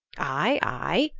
aye, aye,